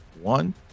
one